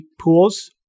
pools